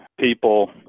people